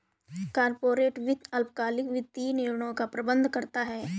corporate वित्त अल्पकालिक वित्तीय निर्णयों का प्रबंधन करता है